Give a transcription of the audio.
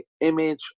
image